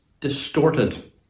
distorted